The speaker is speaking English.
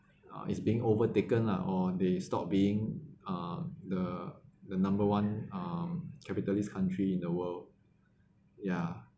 uh is being overtaken lah or they stopped being uh the the number one um capitalist country in the world ya